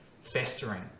festering